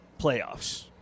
playoffs